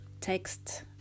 text